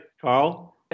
Carl